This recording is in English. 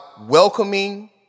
welcoming